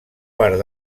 part